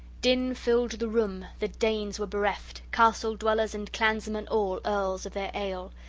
din filled the room the danes were bereft, castle-dwellers and clansmen all, earls, of their ale.